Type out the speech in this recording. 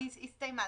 היא הסתיימה,